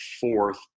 fourth